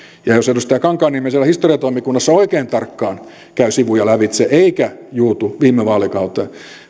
jos edustaja kankaanniemi siellä historiatoimikunnassa oikein tarkkaan käy sivuja lävitse eikä juutu viime vaalikauteen